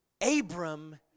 Abram